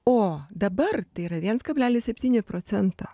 o dabar tai yra viens kablelis septyni procento